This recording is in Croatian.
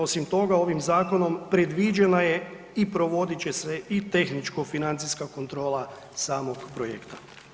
Osim toga ovim zakonom predviđeno je i provodit će se tehničko-financijska kontrola samog projekta.